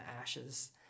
ashes